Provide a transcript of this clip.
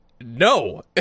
no